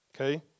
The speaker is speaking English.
Okay